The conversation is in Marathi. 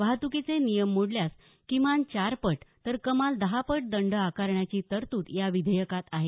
वाहतुकीचे नियम मोडल्यास किमान चार पट तर कमाल दहापट दंड आकारण्याची तरतूद या विधेयकात आहे